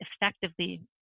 effectively